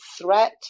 threat